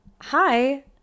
Hi